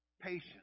patience